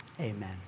Amen